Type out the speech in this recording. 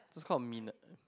it's called mint